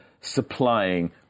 supplying